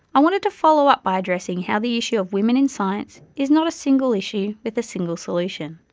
i wanted to follow up by addressing how the issue of women in science is not a single issue with a single solution.